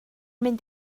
mynd